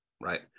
right